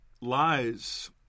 lies